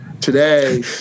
today